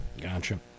Gotcha